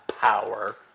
power